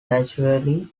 naturally